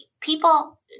people